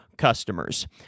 customers